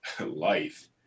life